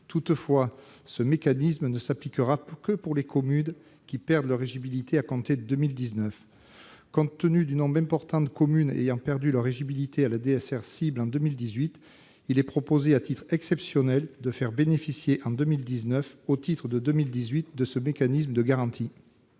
Toutefois, ce mécanisme ne s'appliquera que pour les communes qui perdent leur éligibilité à compter de 2019. Compte tenu du nombre important de communes ayant perdu leur éligibilité à la DSR « cible » en 2018, il est proposé, à titre exceptionnel, de les faire bénéficier en 2019, au titre de 2018, de ce mécanisme de garantie.